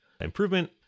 improvement